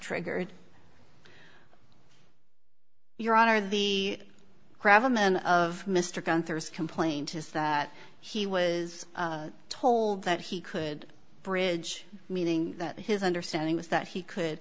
triggered your honor the crab i'm in of mr gunther's complaint is that he was told that he could bridge meaning that his understanding was that he could